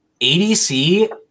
ADC